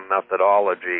methodology